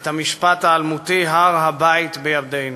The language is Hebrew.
את המשפט האלמותי: הר-הבית בידינו.